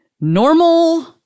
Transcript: normal